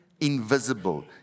invisible